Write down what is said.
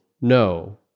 no